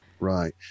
Right